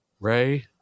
Ray